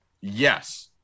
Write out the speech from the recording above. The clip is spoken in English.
Yes